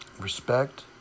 respect